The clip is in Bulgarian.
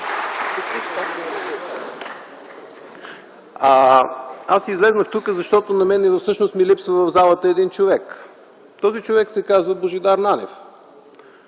Аз излязох тук, защото на мен всъщност в залата ми липсва един човек. Този човек се казва Божидар Нанев.